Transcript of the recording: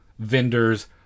Vendors